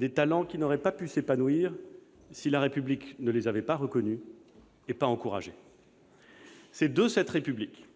ses talents, lesquels n'auraient pu s'épanouir si la République ne les avait pas reconnus et encouragés. C'est de cette République,